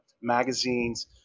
magazines